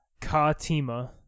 Katima